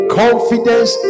confidence